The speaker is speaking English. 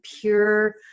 pure